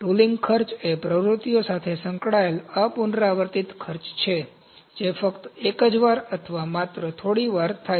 tooling ખર્ચ એ પ્રવૃત્તિઓ સાથે સંકળાયેલ અપુનરાવર્તિત ખર્ચ છે જે ફક્ત એક જ વાર અથવા માત્ર થોડી વાર થાય છે